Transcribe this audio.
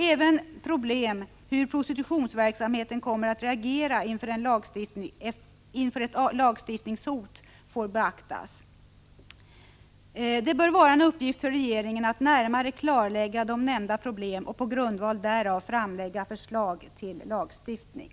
Även problemet hur prostitutionsverksamheten kommer att reagera inför ett lagstiftningshot får beaktas. Det bör vara en uppgift för regeringen att närmare klarlägga de nämnda problemen och på grundval därav framlägga förslag till lagstiftning.